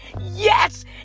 yes